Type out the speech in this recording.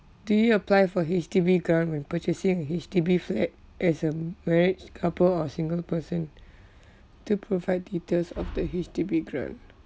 do you apply for H_D_B grant when purchasing a H_D_B flat as a married couple or a single person do provide details of the H_D_B grant